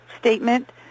statement